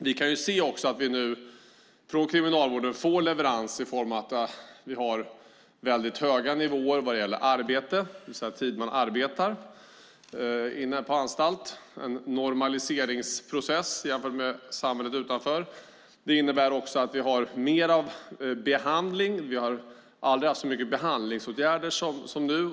Vi får nu från Kriminalvården "leveranser" i form av väldigt höga nivåer vad gäller den tid man arbetar inne på anstalt. Det är en normaliseringsprocess jämfört med samhället utanför. Det innebär också att vi har mer av behandling. Vi har aldrig haft så mycket behandlingsåtgärder som nu.